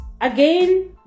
again